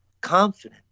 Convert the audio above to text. confident